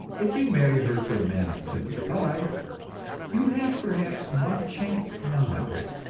if you marry her to a man of twenty-five, you have perhaps one chance in a hundred.